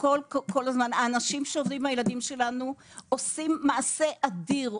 האנשים שעובדים עם הילדים שלנו עושים מעשה אדיר.